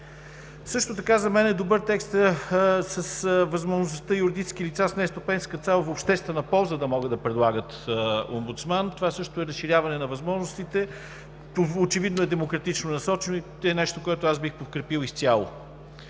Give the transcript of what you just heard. Също така за мен е добър текстът с възможността юридически лица с нестопанска цел в обществена полза да могат да предлагат омбудсман. Това също е разширяване на възможностите. Очевидно е демократично насочено и е нещо, което аз бих подкрепил изцяло.